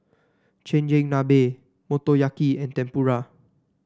Chigenabe Motoyaki and Tempura